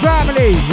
Family